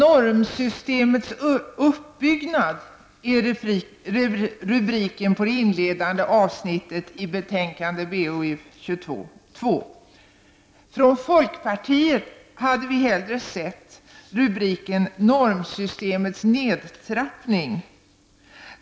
är rubriken på det inledande avsnittet i betänkandet BoU2. Från folkpartiet hade vi hellre sett rubriken ''Normsystemets nedtrappning''.